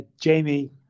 Jamie